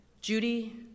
Judy